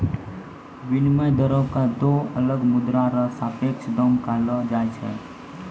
विनिमय दरो क दो अलग मुद्रा र सापेक्ष दाम कहलो जाय छै